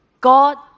God